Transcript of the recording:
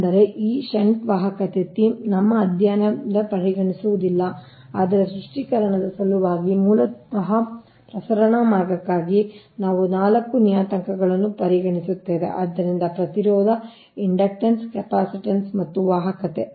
ಆದ್ದರಿಂದ ಈ ಷಂಟ್ ವಾಹಕತೆ ಥೀಮ್ ಈ ನಮ್ಮ ಅಧ್ಯಯನವನ್ನು ಪರಿಗಣಿಸುವುದಿಲ್ಲ ಆದರೆ ಸ್ಪಷ್ಟೀಕರಣದ ಸಲುವಾಗಿ ಮೂಲತಃ ಪ್ರಸರಣ ಮಾರ್ಗಕ್ಕಾಗಿ ನಾವು ನಾಲ್ಕು ನಿಯತಾಂಕಗಳನ್ನು ಪರಿಗಣಿಸುತ್ತೇವೆ ಆದ್ದರಿಂದ ಪ್ರತಿರೋಧ ಇಂಡಕ್ಟನ್ಸ್ ಕೆಪಾಸಿಟನ್ಸ್ ಮತ್ತು ವಾಹಕತೆ